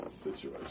situation